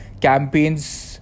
campaigns